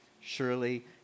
Surely